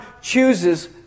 chooses